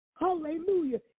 Hallelujah